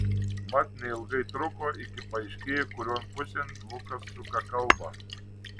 mat neilgai truko iki paaiškėjo kurion pusėn lukas suka kalbą